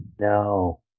no